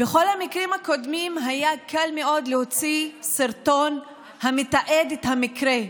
בכל במקרים הקודמים היה קל מאוד להוציא סרטון המתעד את המקרה,